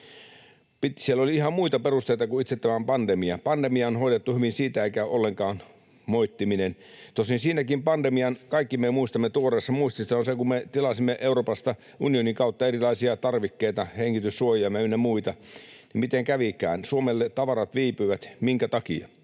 Siellä oli ihan muita perusteita kuin itse tämä pandemia. Pandemia on hoidettu hyvin, siitä ei käy ollenkaan moittiminen. Tosin siinäkin kaikki me muistamme, tuoreessa muistissa on se, että kun me tilasimme Euroopasta unionin kautta erilaisia tarvikkeita, hengityssuojaimia ynnä muita, niin miten kävikään. Tavarat Suomelle viipyivät. Minkä takia?